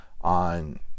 on